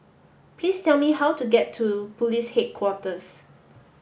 please tell me how to get to Police Headquarters